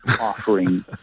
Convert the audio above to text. offering